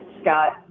Scott